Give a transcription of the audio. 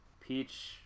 peach